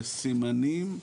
סימנים,